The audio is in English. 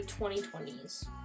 2020s